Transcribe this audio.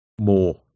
more